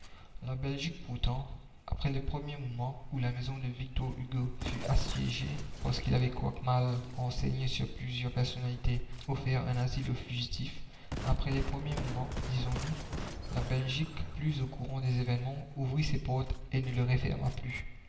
la belgique pourtant après les premiers moments où la maison de victor hugo fut assiégée parce qu'il avait quoique mal renseigné sur plusieurs personnalités offert un asile aux fugitifs après les premiers moments disons-nous la belgique plus au courant des événements ouvrit ses portes et ne les referma plus